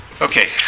Okay